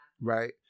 right